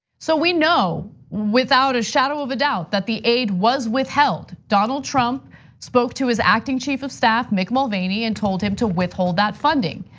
so we know, without a shadow of a doubt, that the aid was withheld. donald trump spoke to as acting chief of staff, mick mulvaney, and told him to withhold that funding.